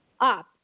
up